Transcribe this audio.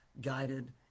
guided